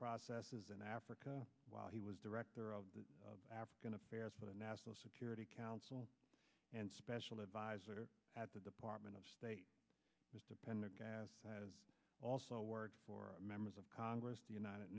processes in africa while he was director of african affairs for the national security council and special adviser at the department of state is dependent as has also worked for members of congress the united